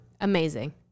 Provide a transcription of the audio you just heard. Amazing